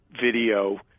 video